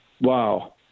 wow